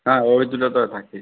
হ্যাঁ ওই দুটো তো থাকছেই